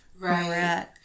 Right